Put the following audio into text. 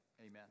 Amen